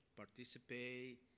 participate